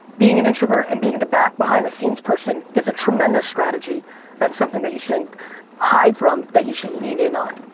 being an introvert and being the behind the scenes person is a tremendous strategy and something that you shouldn't hide from, that you should lean in on.